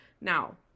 Now